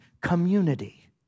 community